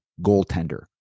goaltender